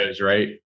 Right